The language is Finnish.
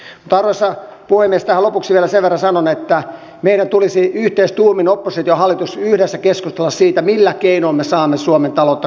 mutta arvoisa puhemies tähän lopuksi vielä sen verran sanon että meidän tulisi yhteistuumin oppositio ja hallitus yhdessä keskustella siitä millä keinoin me saamme suomen taloutta kasvamaan